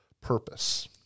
purpose